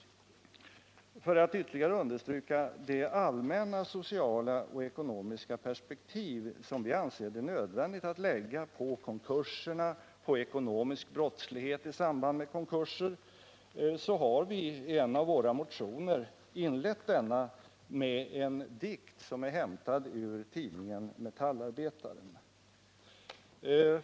För att ytterligare understryka det allmänna sociala och ekonomiska perspektiv som vi anser det nödvändigt att lägga på konkurserna och på ekonomisk brottslighet i samband med konkurser har vi inlett en av våra motioner med en dikt, som är hämtad ur tidningen Metallarbetaren.